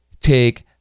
take